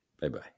Bye-bye